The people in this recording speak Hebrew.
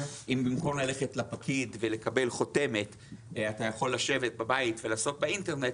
אם במקום ללכת לפקיד ולקבל חותמת אתה יכול לשבת בבית ולעשות באינטרנט,